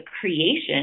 creation